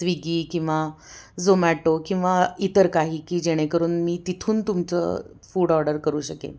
Swiggy किंवा झोमॅटो किंवा इतर काही की जेणेकरून मी तिथून तुमचं फूड ऑर्डर करू शकेन